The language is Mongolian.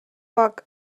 баг